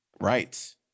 rights